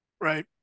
Right